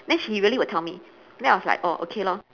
then he really will tell me then I was like oh okay lor